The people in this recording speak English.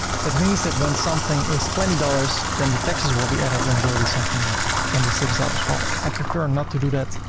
that means that when something is twenty dollars, then the taxes will be added and it will be something like twenty six dollars. well, i prefer not to do that.